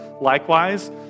likewise